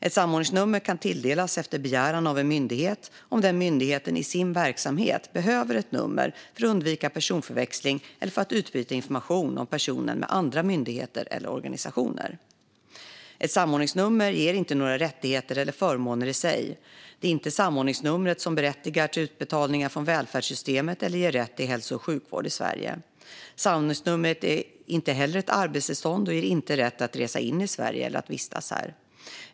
Ett samordningsnummer kan tilldelas efter begäran av en myndighet om den myndigheten i sin verksamhet behöver ett nummer för att undvika personförväxling eller för att utbyta information om personen med andra myndigheter eller organisationer. Ett samordningsnummer ger inte några rättigheter eller förmåner i sig. Det är inte samordningsnumret som berättigar till utbetalningar från välfärdssystemet eller ger rätt till hälso och sjukvård i Sverige. Samordningsnumret är inte heller ett arbetstillstånd och ger inte rätt att resa in i Sverige eller att vistas här.